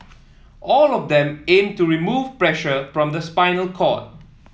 all of them aim to remove pressure from the spinal cord